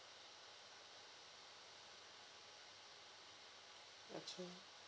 okay